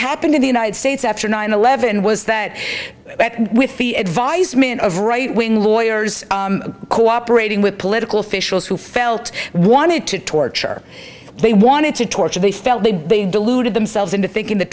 happened in the united states after nine eleven was that that with the advisement of right wing lawyers cooperating with political officials who felt wanted to torture they wanted to torture they felt they'd be deluded themselves into thinking th